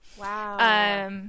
Wow